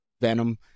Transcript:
Venom